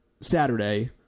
Saturday